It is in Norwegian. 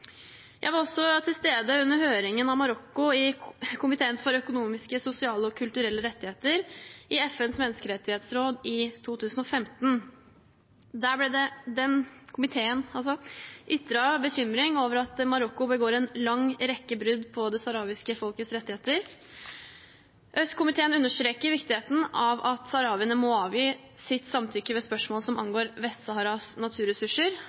Jeg var også til stede under høringen om Marokko i komiteen for økonomiske, sosiale og kulturelle rettigheter i FNs menneskerettighetsråd i 2015. Komiteen ytret bekymring over at Marokko begår en lang rekke brudd på det saharawiske folkets rettigheter. ØSK-komiteen understreker viktigheten av at saharawiene må avgi sitt samtykke i spørsmål som angår Vest-Saharas naturressurser,